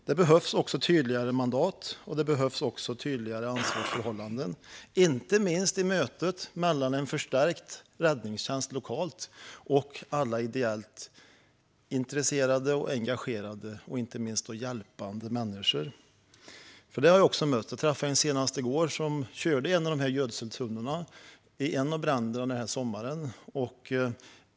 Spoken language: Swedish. Det behövs tydligare mandat, och det behövs tydligare ansvarsförhållanden, inte minst i mötet mellan en förstärkt räddningstjänst lokalt och alla ideellt intresserade och engagerade och hjälpande människor - för sådana har jag också mött. Jag träffade en så sent som i går som körde en gödseltunna vid en av bränderna under sommaren.